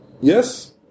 Yes